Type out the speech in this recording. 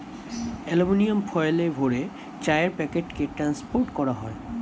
aluminium ফয়েলে ভরে চায়ের প্যাকেটকে ট্রান্সপোর্ট করা হয়